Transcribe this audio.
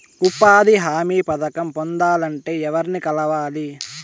ఉపాధి హామీ పథకం పొందాలంటే ఎవర్ని కలవాలి?